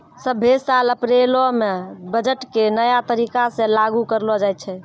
सभ्भे साल अप्रैलो मे बजट के नया तरीका से लागू करलो जाय छै